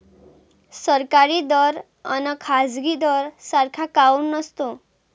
सरकारी दर अन खाजगी दर सारखा काऊन नसतो?